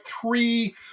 three